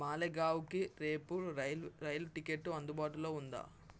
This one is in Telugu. మాలెగావ్కి రేపు రైల్ రైలు టిక్కెట్ అందుబాటులో ఉందా